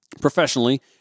professionally